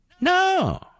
No